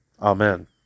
Amen